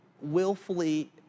willfully